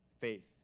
faith